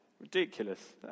ridiculous